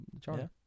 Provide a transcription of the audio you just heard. Charlie